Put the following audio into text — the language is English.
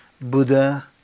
Buddha